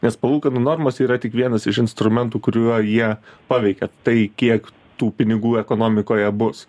nes palūkanų normos yra tik vienas iš instrumentų kuriuo jie paveikia tai kiek tų pinigų ekonomikoje bus